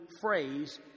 phrase